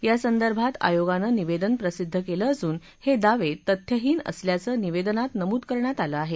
यासंदर्भात आयोगानं निवेदन प्रसिद्ध केलं असून हे दावे तथ्यहीन असल्याचं निवेदनात नमूद करण्यात आलं आहे